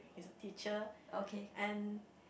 he's a teacher and